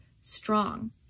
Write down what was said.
strong